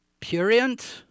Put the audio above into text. purient